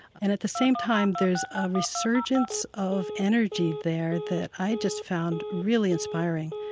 and at the same time, there's a resurgence of energy there that i just found really inspiring.